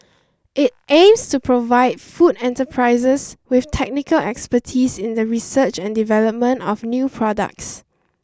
it aims to provide food enterprises with technical expertise in the research and development of new products